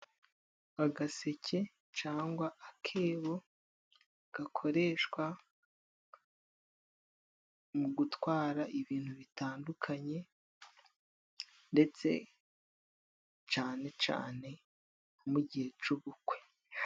Agaseke cangwa akebo gakoreshwa mu gutwara ibintu bitandukanye, ndetse cane cane mu gihe c'ubukwe.